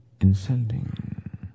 insulting